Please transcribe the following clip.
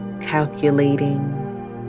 calculating